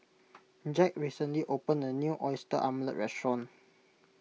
Jack recently opened a new Oyster Omelette restaurant